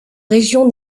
régions